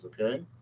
okay